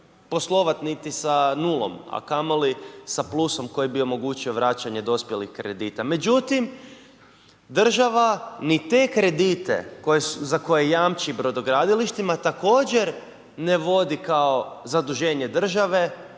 poslovat niti sa nulom, a kamoli sa plusom koji bi omogućio vraćanje dospjelih kredita, međutim država ni te kredite za koje jamči brodogradilištima također ne vodi kao zaduženje države,